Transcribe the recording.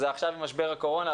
עכשיו זה משבר הקורונה,